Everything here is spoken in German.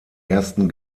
ersten